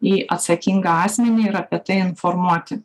į atsakingą asmenį ir apie tai informuoti